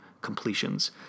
completions